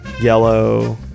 yellow